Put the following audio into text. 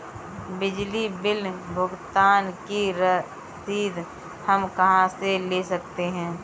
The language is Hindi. बिजली बिल भुगतान की रसीद हम कहां से ले सकते हैं?